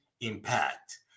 impact